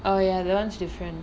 oh ya that [one] is different